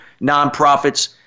nonprofits